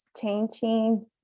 changing